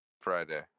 Friday